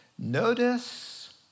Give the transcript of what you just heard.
Notice